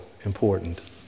important